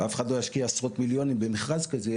ואף אחד לא ישקיע עשרות מיליונים במכרז כזה,